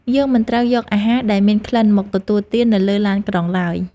យើងមិនត្រូវយកអាហារដែលមានក្លិនមកទទួលទាននៅលើឡានក្រុងឡើយ។